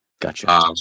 Gotcha